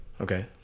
Okay